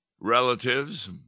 relatives